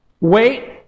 Wait